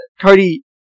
Cody